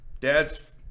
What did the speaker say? Dad's